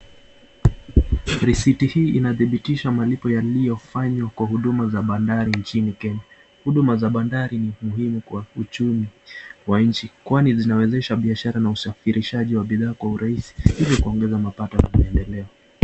Risiti hii inadhibitisha malipo yaliyofanywa kwa huduma za bandari nchini Kenya . Huduma za bandari ni muhimu kwa uchumi wa nchi kwani zinawezesha biashara na usafirishaji wa bidhaa kwa urahisi . Hivi kuongeza mapato ya maendeleo.